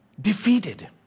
defeated